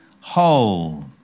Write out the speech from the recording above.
whole